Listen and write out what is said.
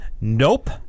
Nope